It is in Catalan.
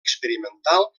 experimental